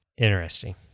interesting